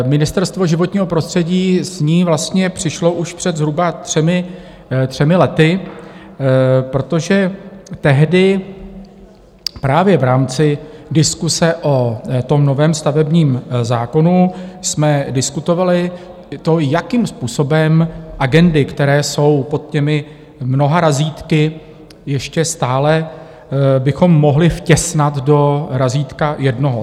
Ministerstvo životního prostředí s ní vlastně přišlo už před zhruba třemi lety, protože tehdy právě v rámci diskuse o novém stavebním zákonu jsme diskutovali to, jakým způsobem agendy, které jsou pod těmi mnoha razítky, ještě stále bychom mohli vtěsnat do razítka jednoho.